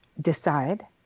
decide